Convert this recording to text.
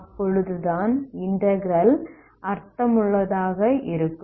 அப்பொழுதுதான் இன்டகிரல் அர்த்தமுள்ளதாக இருக்கும்